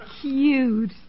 cute